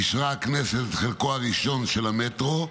אישרה הכנסת את חלקו הראשון של חוק המטרו,